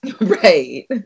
Right